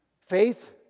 Faith